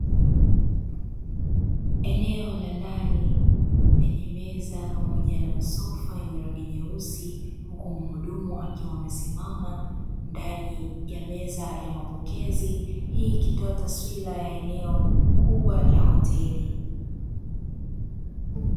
Eneo la ndani lenye meza pamoja na masofa ya rangi nyeusi, huku mhudumu akiwa amesimama ndani ya meza ya mapokezi, hii ikitoa taswira ya eneo kubwa la hoteli.